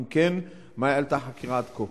2. אם כן, מה העלתה החקירה עד כה?